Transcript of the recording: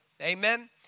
Amen